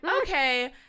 okay